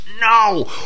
No